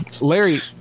Larry